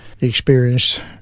experienced